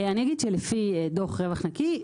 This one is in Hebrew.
אני אגיד שלפי דו"ח "רווח נקי",